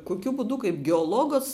kokių būdu kaip geologas